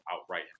outright